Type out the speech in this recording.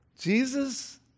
Jesus